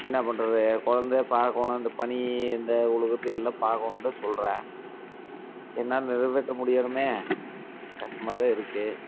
என்ன பண்ணுறது குழந்த பார்க்கணும் இந்த பனி இந்த விழுவுறது எல்லாம் பார்க்கணுன்னுதான் சொல்கிறா என்னால் நிறைவேற்ற முடியணுமே கஷ்டமாகதான் இருக்குது